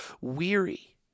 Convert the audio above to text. weary